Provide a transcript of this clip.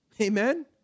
Amen